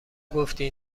گفتی